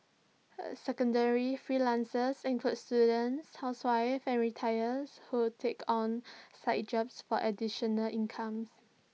secondary freelancers include students housewives or retire who take on side jobs for additional income